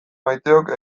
maiteok